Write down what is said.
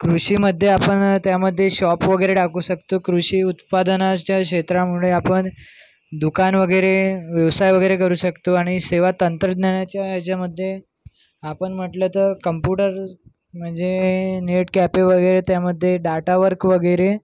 कृषीमध्ये आपण त्यामध्ये शॉप वगैरे टाकू शकतो कृषी उत्पादनाच्या क्षेत्रामुळे आपण दुकान वगैरे व्यवसाय वगैरे करू शकतो आणि सेवा तंत्रज्ञानाच्या ह्याच्यामध्ये आपण म्हटलं तर कंप्युटर म्हणजे नेट कॅफे वगैरे त्यामध्ये डाटा वर्क वगैरे